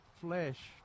flesh